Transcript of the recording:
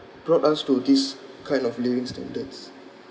brought us to this kind of living standards